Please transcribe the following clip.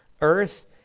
earth